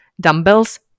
Dumbbells